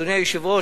אדוני היושב-ראש,